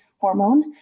hormone